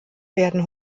werden